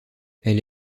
elle